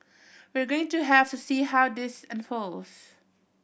we're going to have to see how this unfolds